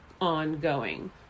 ongoing